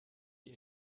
die